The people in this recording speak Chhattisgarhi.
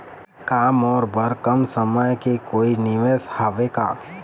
का मोर बर कम समय के कोई निवेश हावे का?